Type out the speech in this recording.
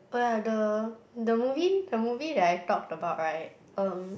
oh yeah the the movie the movie that I talked about right um